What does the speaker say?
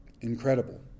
incredible